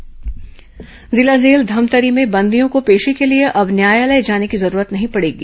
धमतरी जिला जेल जिला जेल धमतरी के बंदियों को पेशी के लिए अब न्यायालय जाने की जरूरत नहीं पड़ेगी